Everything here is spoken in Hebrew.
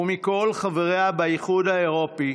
ומכל חבריה באיחוד האירופי,